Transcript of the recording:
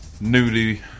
newly